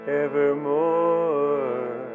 evermore